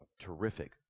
terrific